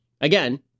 again